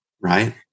right